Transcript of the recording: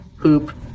poop